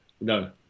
no